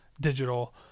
digital